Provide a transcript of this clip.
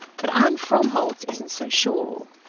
but and fromholz isn't so sure.